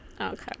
Okay